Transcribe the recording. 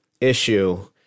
issue